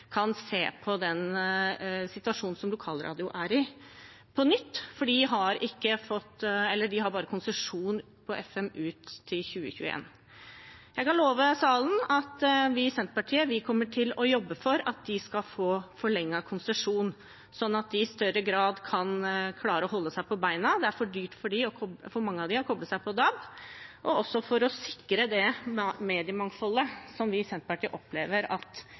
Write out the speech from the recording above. kan se på den situasjonen som lokalradio er i, på nytt, for de har konsesjon på FM bare ut 2021. Jeg kan love salen at vi i Senterpartiet kommer til å jobbe for at de skal få forlenget konsesjon, sånn at de i større grad kan klare å holde seg på beina – det er for dyrt for mange av dem å koble seg på DAB – og også for å sikre mediemangfoldet, som vi i Senterpartiet opplever at